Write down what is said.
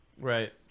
Right